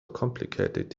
complicated